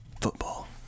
Football